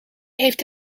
heeft